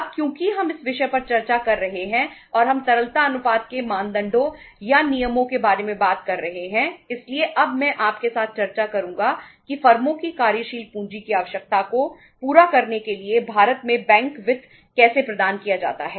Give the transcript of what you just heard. अब क्योंकि हम इस विषय पर चर्चा कर रहे हैं और हम तरलता अनुपात के मानदंडों या नियमों के बारे में बात कर रहे हैं इसलिए अब मैं आपके साथ चर्चा करूंगा कि फर्मों की कार्यशील पूंजी की आवश्यकता को पूरा करने के लिए भारत में बैंक वित्त कैसे प्रदान किया जाता है